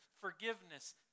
forgiveness